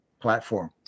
platform